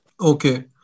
Okay